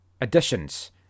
additions